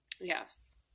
Yes